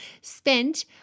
spent